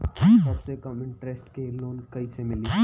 सबसे कम इन्टरेस्ट के लोन कइसे मिली?